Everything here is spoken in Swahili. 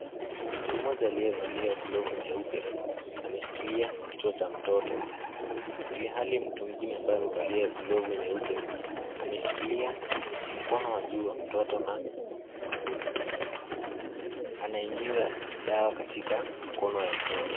Mtu mmoja aliyevalia glovu nyeupe, ameshikilia kichwa cha mtoto, ilihali mtu mwingine ambaye amevalia glovu nyeupe, ameshikilia mkono wa juu wa mtoto na anaingiza dawa katika mkono ya mtoto.